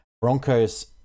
Broncos